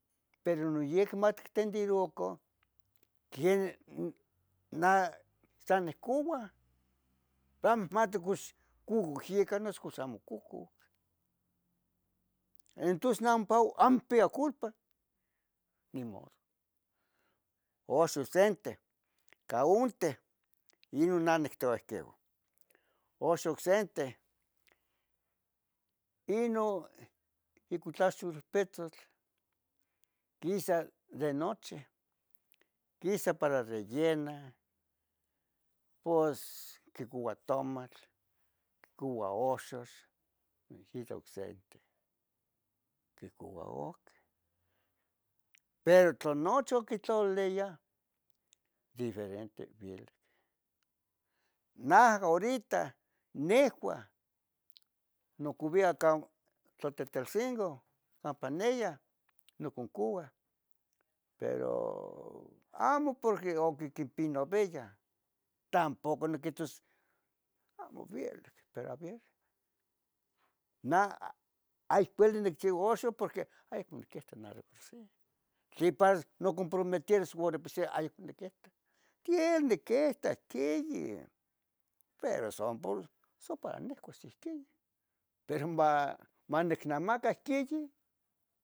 pero yen no matquintendirucan queh nah san nihcuoa amo mati cux cucuc yica noso cux amo cucuc. Entons neh ompa amo nipia culpa, nimodo. Oxon sente caunteh inon nan ictoua enqueo. Oxo oc senteh inon icuitlaxo petzotl, quisa de noche, quisa para rellenah pos quicoua tomatl, quicoua oxos, iji aceite, quicoua oc, pero tla noche quitlalilia, difirenteh vielic, nah horita nehua nocovia ca Tetelcingo campa neyah nocuncuoa, pero amo porque ocquiquipinoviyah, tampoco nequetos amo vielic, pero aver. Nah ihpo nivili nichiva noxon, ay maniquito de por sì, tlipas nimocumprumeterus uan de por si aihmo niquihto. Tiehniquitos, tieyi, pero, son, son para nehcuas ihquiyi, pero ma- manicnamaca ihquiyi